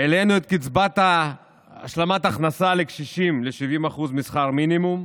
העלינו את קצבת השלמת הכנסה לקשישים ל-70% משכר המינימום,